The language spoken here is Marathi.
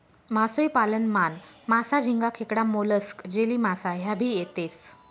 मासोई पालन मान, मासा, झिंगा, खेकडा, मोलस्क, जेलीमासा ह्या भी येतेस